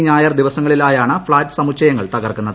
ഞായർ ദിവസങ്ങളിലായാണ് ഫ്ളാറ്റ് സമുച്ചയങ്ങൾ ശനി തകർക്കുന്നത്